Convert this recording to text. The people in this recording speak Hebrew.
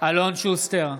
אלון שוסטר,